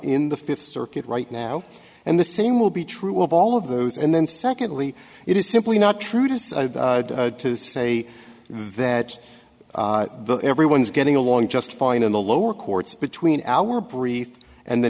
in the fifth circuit right now and the same will be true of all of those and then secondly it is simply not true just to say that the everyone is getting along just fine in the lower courts between our brief and the